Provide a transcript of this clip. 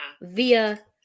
Via